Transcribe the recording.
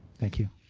thank you.